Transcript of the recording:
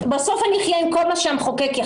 בסוף אני אחיה עם כל מה שהמחוקק יחליט,